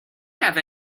have